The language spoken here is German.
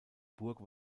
burg